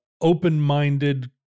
open-minded